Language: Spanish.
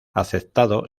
aceptado